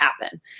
happen